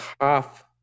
half